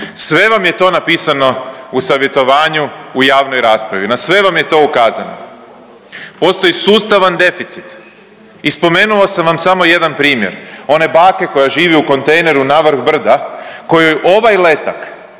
sve vam je to napisano u savjetovanju u javnoj raspravi, na sve vam je to ukazano. Postoji sustavan deficit i spomenuo sam vam samo jedan primjer, one bake koja živi u kontejneru na vrh brda kojoj ovaj letak